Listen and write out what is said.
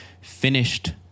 finished